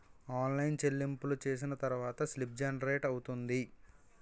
online చెల్లింపులు చేసిన తర్వాత స్లిప్ జనరేట్ అవుతుంది